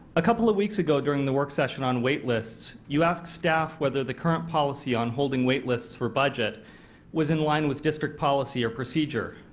a couple of weeks ago during the work session on waitlist, you asked staff whether the current policy on holding waitlist for budget was in line with district policy or procedure